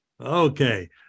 Okay